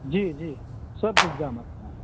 जी जी सब सुविधा हमारे यहाँ